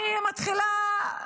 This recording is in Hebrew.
אני מתחילה,